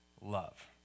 love